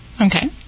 Okay